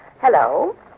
Hello